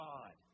God